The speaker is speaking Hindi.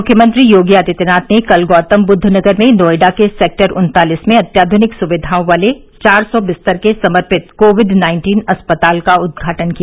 मुख्यमंत्री योगी आदित्यनाथ ने कल गौतमबुद्ध नगर में नोएडा के सेक्टर उन्तालीस में अत्याध्निक सुविधाओं वाले चार सौ बिस्तर के समर्पित कोविड नाइन्टीन अस्पताल का उद्घाटन किया